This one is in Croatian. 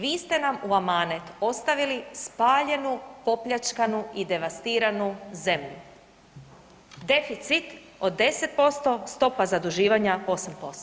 Vi ste nam u anamet ostavili spaljenu, popljačkanu i devastiranu zemlju, deficit od 10%, stopa zaduživanja 8%